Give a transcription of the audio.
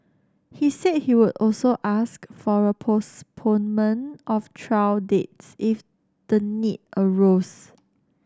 he said he would also ask for a postponement of trial dates if the need arose